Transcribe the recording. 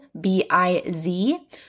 B-I-Z